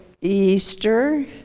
Easter